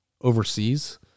overseas